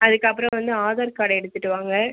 அதுக்கப்புறம் வந்து ஆதார் கார்டை எடுத்துகிட்டு வாங்க